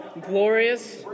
Glorious